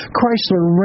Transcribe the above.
Chrysler